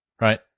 right